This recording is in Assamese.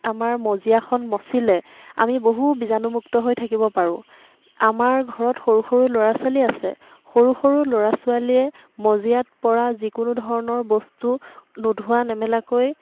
আমাৰ মজিয়াখন মচিলে আমি বহু বিজাণুমুক্ত হৈ থাকিব পাৰোঁ আমাৰ ঘৰত সৰু সৰু ল'ৰা ছোৱালী আছে সৰু সৰু ল'ৰা ছোৱালীয়ে মজিয়াত পৰা যিকোনো ধৰণৰ বস্তু নোধোৱা নেমেলাকৈ